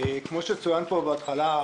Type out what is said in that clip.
כמו שצוין פה בהתחלה,